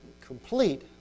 complete